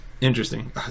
Interesting